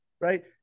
Right